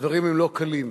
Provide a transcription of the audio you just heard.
והדברים הם לא קלים.